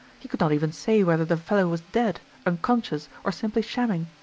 he could not even say whether the fellow was dead, unconscious, or simply shamming.